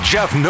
Jeff